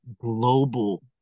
global